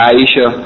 Aisha